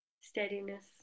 steadiness